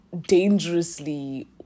dangerously